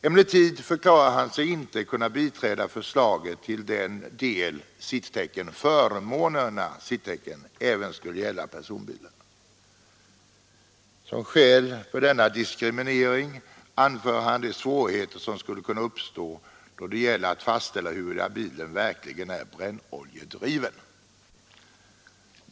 Emellertid förklarar han sig inte kunna biträda förslaget till den del ”förmånerna” även skulle gälla personbilar. Som skäl för denna diskriminering anför han de svårigheter som skulle kunna uppstå då det gäller att fastställa huruvida bilen verkligen är brännoljedriven.